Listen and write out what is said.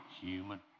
human